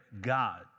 God